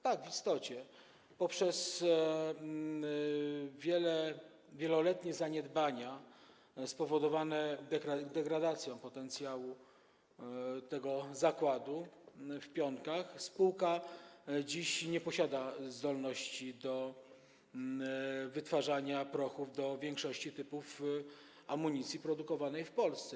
Tak, w istocie poprzez wieloletnie zaniedbania spowodowane degradacją potencjału tego zakładu w Pionkach spółka dziś nie posiada zdolności do wytwarzania prochu do większości typów amunicji produkowanej w Polsce.